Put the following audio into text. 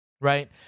right